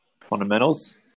Fundamentals